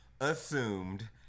Assumed